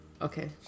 Okay